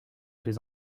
plus